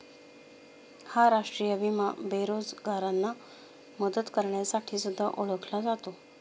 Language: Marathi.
हा राष्ट्रीय विमा बेरोजगारांना मदत करण्यासाठी सुद्धा ओळखला जातो